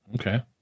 Okay